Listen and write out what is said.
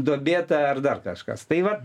duobėta ar dar kažkas tai va